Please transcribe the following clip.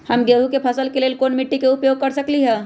हम गेंहू के फसल के लेल कोन मिट्टी के उपयोग कर सकली ह?